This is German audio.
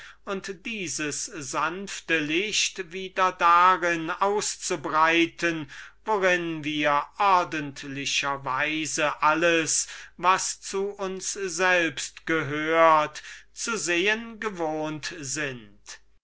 und dieses sanfte licht wieder darin auszubreiten worin wir ordentlicher weise alles was zu uns selbst gehört zu sehen gewohnt sind